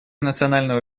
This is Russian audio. национального